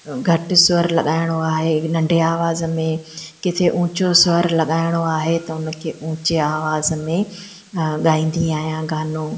घटि स्वर लॻाइणो आहे नंढे आवाज़ में किथे ऊचो स्वर लॻाइणो आहे त उन खे ऊचे आवाज़ में ॻाईंदी आहियां गानो